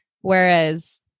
Whereas